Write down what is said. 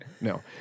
No